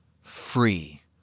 free